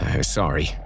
Sorry